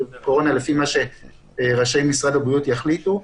לפי מה שראשי משרד הבריאות יחליטו.